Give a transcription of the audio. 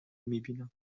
میبینم